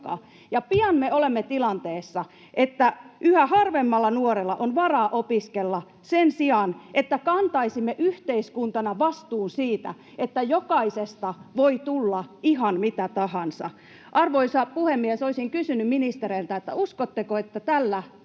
pian me olemme tilanteessa, että yhä harvemmalla nuorella on varaa opiskella, sen sijaan, että kantaisimme yhteiskuntana vastuun siitä, että jokaisesta voi tulla ihan mitä tahansa. Arvoisa puhemies! Olisin kysynyt ministereiltä: uskotteko, että tällä